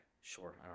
Sure